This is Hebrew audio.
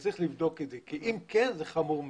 צריך לבדוק את זה כי אם כן, זה חמור מאוד.